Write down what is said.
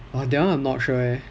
!wah! that one I'm not sure leh